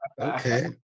Okay